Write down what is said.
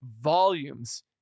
volumes